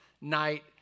Night